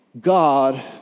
God